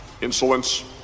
Insolence